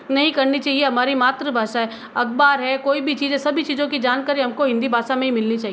नहीं करनी चाहिए हमारी मातृभाषा है अखबार है कोई भी चीज सभी चीज़ों की जानकारी हमको हिन्दी भाषा में ही मिलनी चाहिए